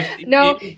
No